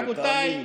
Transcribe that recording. רבותיי,